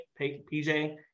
PJ